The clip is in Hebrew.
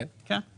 כן.